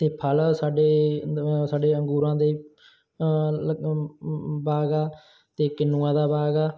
ਅਤੇ ਫਲ ਸਾਡੇ ਸਾਡੇ ਅੰਗੂਰਾਂ ਦੇ ਬਾਗ ਆ ਅਤੇ ਕਿੰਨੂਆਂ ਦਾ ਬਾਗ ਆ